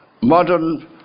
modern